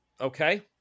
Okay